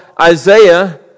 Isaiah